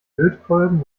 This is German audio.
lötkolben